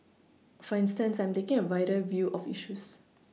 for instance I am taking a wider view of issues